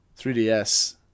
3DS